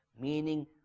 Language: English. meaning